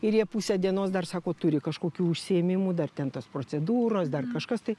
ir jie pusę dienos dar sako turi kažkokių užsiėmimų dar ten tos procedūros dar kažkas tai